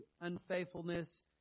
unfaithfulness